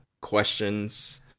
questions